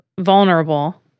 vulnerable